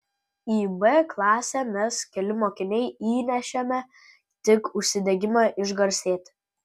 į b klasę mes keli mokiniai įnešėme tik užsidegimą išgarsėti